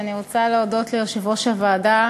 התשע"ה 2014,